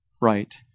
right